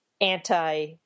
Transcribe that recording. anti